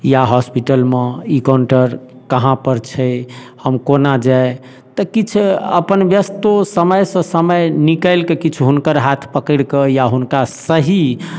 या हॉस्पिटलमे ई काउण्टर कहाँ पर छै हम कोना जाइ तऽ किछु अपन व्यस्तो समयसँ समय निकालि कऽ किछु हुनकर हाथ पकड़ि कऽ या हुनका सही